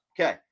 Okay